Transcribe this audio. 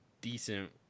decent